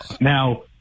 Now